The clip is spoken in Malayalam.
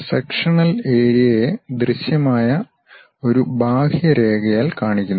സെക്ഷണൽ ഏരിയയെ ദൃശ്യമായ ഒരു ബാഹ്യരേഖയാൽ കാണിക്കുന്നു